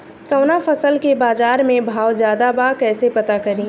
कवना फसल के बाजार में भाव ज्यादा बा कैसे पता करि?